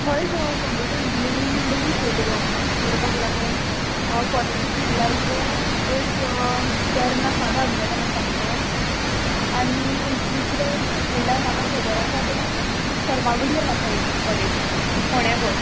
हय गो computer engineering बरें फिल्ड गो करपाक लागोन कॉलेजीस म्हणल्यार मुगो एक वेर्ना फाद आग्नेलान आसा मगो आनी दुसरें म्हणल्यार म्हाका खबर आसा तें फर्मागुडयेर आसा एक कॉलेज फोंण्या गो